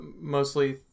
mostly